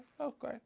okay